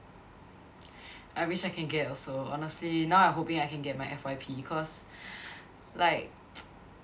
I wish I can get also honestly now I'm hoping I can get my F_Y_P cause like